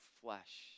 flesh